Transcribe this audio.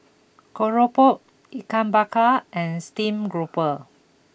Keropok Ikan Bakar and Steamed Grouper